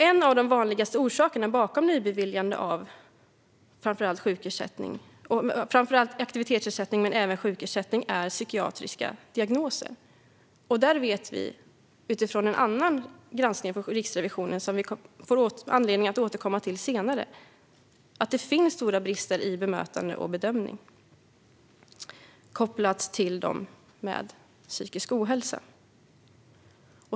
En av de vanligaste orsakerna bakom nybeviljande av framför allt aktivitetsersättning men även sjukersättning är psykiatriska diagnoser. Här vet vi, utifrån en annan granskning från Riksrevisionen som vi får anledning att återkomma till senare, att det finns stora brister i bemötande och bedömning av dem med psykisk ohälsa.